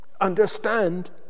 Understand